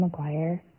McGuire